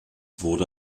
wurde